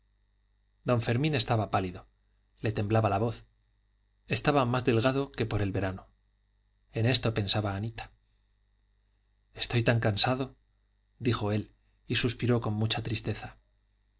don fermín estaba pálido le temblaba la voz estaba más delgado que por el verano en esto pensaba anita estoy tan cansado dijo él y suspiró con mucha tristeza